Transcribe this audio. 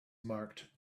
marked